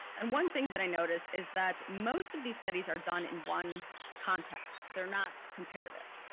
and one thing that i noticed is that most of these studies are done in one context they're not comparative.